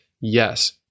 Yes